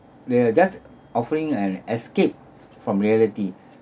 they are just offering an escape from reality